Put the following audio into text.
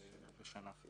ושנה.